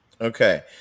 Okay